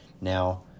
Now